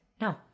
no